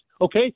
okay